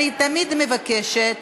אני תמיד מבקשת,